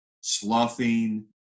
sloughing